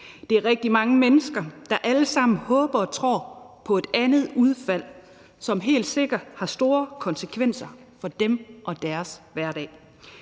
sig om rigtig mange mennesker, der alle sammen håber og tror på et andet udfald, som helt sikkert har store konsekvenser for dem og deres hverdag.